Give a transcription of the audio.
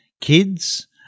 Kids